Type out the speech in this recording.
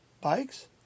Bikes